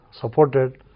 supported